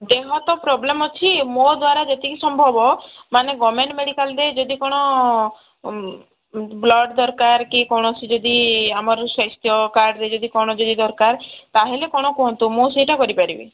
ଦେହ ତ ପ୍ରୋବ୍ଲେମ୍ ଅଛି ମୋ ଦ୍ୱାରା ଯେତିକି ସମ୍ଭବ ମାନେ ଗଭର୍ଣ୍ଣମେଣ୍ଟ ମେଡ଼ିକାଲରେ ଯଦି କ'ଣ ବ୍ଲଡ଼ ଦରକାର କି କୌଣସି ଯଦି ଆମର ସ୍ୱାସ୍ଥ୍ୟ କାର୍ଡ଼ରେେ ଯଦି କ'ଣ ଯଦି ଦରକାର ତାହେଲେ କ'ଣ କୁହନ୍ତୁ ମୁଁ ସେଇଟା କରିପାରିବି